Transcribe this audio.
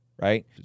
right